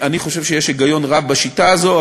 אני חושב שיש היגיון רב בשיטה הזו,